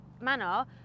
manner